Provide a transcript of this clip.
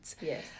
Yes